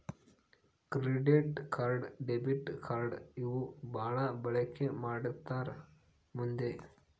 credit card debit card ಇವು ಬಾಳ ಬಳಿಕಿ ಮಾಡ್ತಾರ ಮಂದಿ